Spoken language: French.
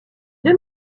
deux